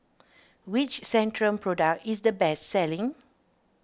which Centrum Product is the best selling